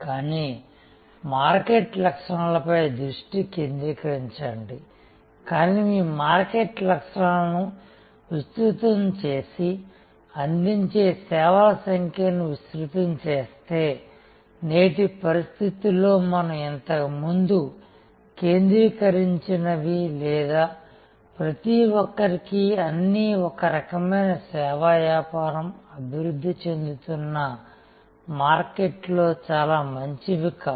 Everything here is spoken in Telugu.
కానీ మార్కెట్ లక్షణాలపై దృష్టి కేంద్రీకరించండి కానీ మీరు మార్కెట్ లక్షణాలను విస్తృతం చేసి అందించే సేవల సంఖ్యను విస్తృతం చేస్తే నేటి పరిస్థితిలో మనం ఇంతకుముందు కేంద్రీకరించనివి లేదా ప్రతిఒక్కరికీ అన్నీ ఒక రకమైన సేవా వ్యాపారం అభివృద్ధి చెందుతున్న మార్కెట్లలో చాలా మంచివి కావు